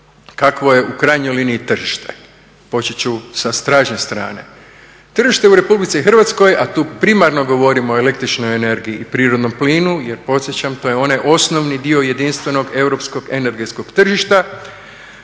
kakvo je u krajnjoj liniji tržište. Početi ću sa stražnje strane. Tržište u Republici Hrvatskoj a tu primarno govorimo o električnoj energiji i prirodnom plinu jer podsjećam to je onaj osnovni dio jedinstvenog europskog energetskog tržišta